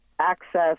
access